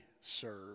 serve